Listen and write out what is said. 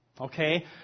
Okay